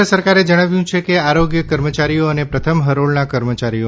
કેન્દ્ર સરકારે જણાવ્યું છે કે આરોગ્ય કર્મચારીઓ અને પ્રથમ હરોળના કર્મચારીઓ